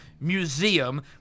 museum